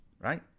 right